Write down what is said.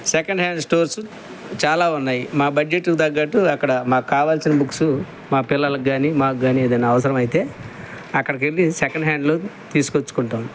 second hand stores చాలా ఉన్నాయి మా బడ్జెట్టుకు తగ్గట్టు అక్కడ మాకు కావాల్సిన బుక్సు మా పిల్లలకు కామాకు కాని ఏదైనా అవసరమయితే అక్కడికెళ్ళి సెకండ్ హ్యాండ్లో తీసుకొచ్చుకుంటాము